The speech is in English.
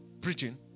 preaching